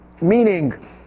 meaning